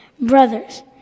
Brothers